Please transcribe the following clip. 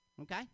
okay